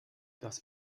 das